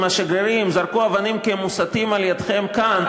השגרירים זרקו אבנים כי הם מוסתים על-ידיכם כאן,